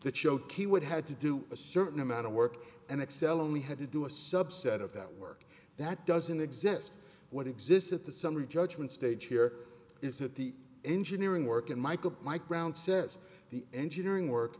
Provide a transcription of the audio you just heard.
showed key would had to do a certain amount of work and excel only had to do a subset of that work that doesn't exist what exists at the summary judgment stage here is that the engineering work and michael mike brown says the engineering work